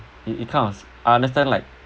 it it kind of I understand like